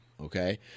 Okay